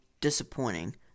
disappointing